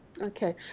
okay